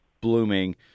blooming